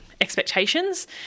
expectations